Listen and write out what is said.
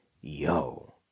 yo